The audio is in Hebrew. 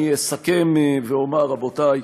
אני אסכם ואומר, רבותי,